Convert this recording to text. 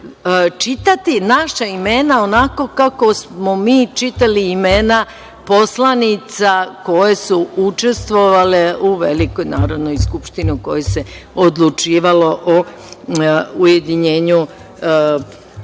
čitati naša imena onako kako smo mi čitali imena poslanica koje su učestvovale u velikoj Narodnoj skupštini u kojoj se odlučivalo o ujedinjenju Republike